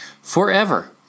Forever